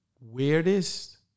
Weirdest